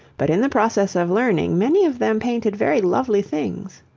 but in the process of learning, many of them painted very lovely things.